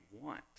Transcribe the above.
want